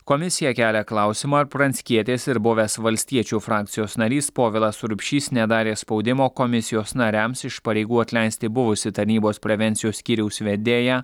komisija kelia klausimą ar pranckietis ir buvęs valstiečių frakcijos narys povilas urbšys nedarė spaudimo komisijos nariams iš pareigų atleisti buvusį tarnybos prevencijos skyriaus vedėją